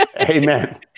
Amen